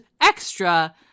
extra